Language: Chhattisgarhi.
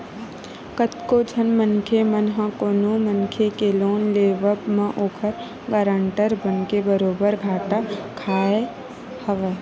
कतको झन मनखे मन ह कोनो मनखे के लोन लेवब म ओखर गारंटर बनके बरोबर घाटा खाय हवय